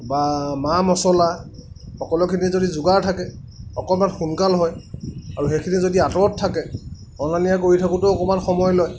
বা মা মচলা সকলোখিনি যদি যোগাৰ থাকে অকণমান সোনকাল হয় আৰু সেইখিনি যদি আঁতৰত থাকে অনা নিয়া কৰি থাকোঁতেও অকণমান সময় লয়